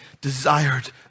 desired